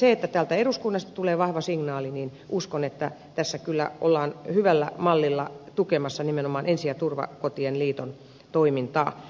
koska täältä eduskunnasta tulee vahva signaali uskon että tässä kyllä ollaan hyvällä mallilla tukemassa nimenomaan ensi ja turvakotien liiton toimintaa